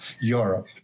Europe